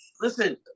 listen